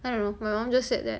I don't know my mum just said that